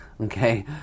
Okay